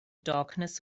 darkness